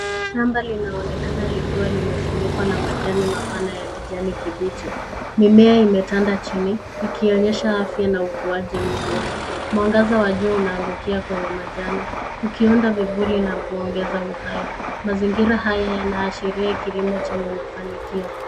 Shamba linaonekana likiwa limefunikwa na majani mapana ya kijani kibichi ,mimea imetanda chini ikionyesha afya na ukuaji mzuri ,mwangaza wa juu unaangukia kwenye majani ukiunda vivuli na kuongeza uhai mazingira haya yanaashiria kilimo chenye mafanikio.